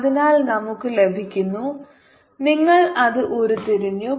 അതിനാൽ നമുക്ക് ലഭിക്കുന്നു നിങ്ങൾ അത് ഉരുത്തിരിഞ്ഞു